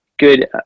good